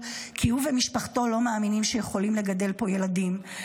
כי הוא ומשפחתו לא מאמינים שיכולים לגדל פה ילדים.